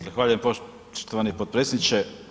Zahvaljujem poštovani potpredsjedniče.